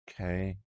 okay